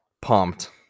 pumped